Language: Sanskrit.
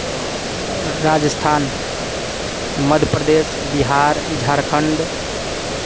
राजस्थान् मध्यप्रदेशः बिहार् झार्खण्ड्